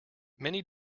many